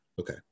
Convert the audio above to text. Okay